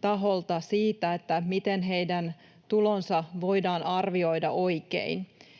taholta siitä, miten heidän tulonsa voidaan arvioida oikein,